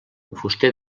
fuster